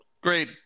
Great